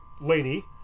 lady